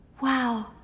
Wow